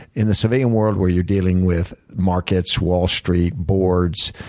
in the civilian world, where you're dealing with markets, wall street, boards,